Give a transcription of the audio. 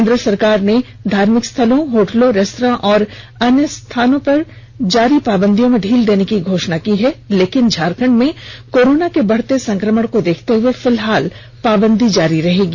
केन्द्र सरकार ने धार्मिक स्थलों होटलो रेस्त्रां और अन्य स्थलों में जारी पावंदियों में ढील देने की घोषणा की है लेकिन राज्य में कोरोना के बढते संक्रमण को देखते हुए फिलहाल पाबंदी जारी रहेगी